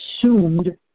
assumed